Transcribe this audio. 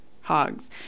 hogs